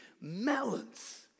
melons